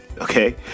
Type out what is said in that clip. Okay